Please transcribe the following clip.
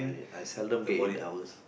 I seldom get eight hours